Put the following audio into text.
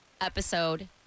episode